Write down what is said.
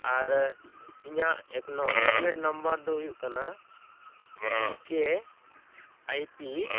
ᱟᱨ ᱤᱧᱟ ᱜ acknowledgement number ᱫᱚ ᱦᱩᱭᱩᱜ ᱠᱟᱱᱟ ᱵᱤ ᱠᱮ ᱟᱭ ᱯᱤ